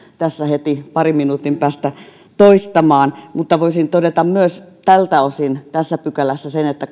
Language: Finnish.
tässä heti parin minuutin päästä toistamaan mutta voisin todeta tältä osin myös tässä pykälässä sen että